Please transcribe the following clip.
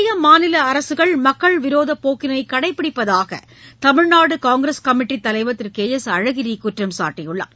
மத்திய மாநில அரசுகள் மக்கள் விரோத போக்கினை கடைபிடிப்பதாக தமிழ்நாடு காங்கிரஸ் கமிட்டித் தலைவர் திரு கே எஸ் அழகிரி குற்றம் சாட்டியுள்ளார்